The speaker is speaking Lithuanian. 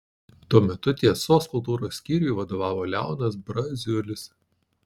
tuo metu tiesos kultūros skyriui vadovavo leonas braziulis